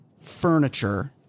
furniture